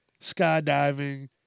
Skydiving